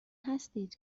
هستید